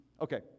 Okay